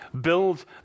Build